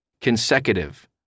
consecutive